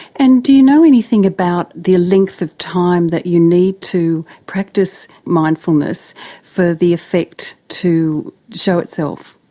and do you know anything about the length of time that you need to practice mindfulness for the effect to show itself?